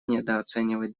недооценивать